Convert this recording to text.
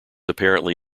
apparently